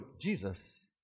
Jesus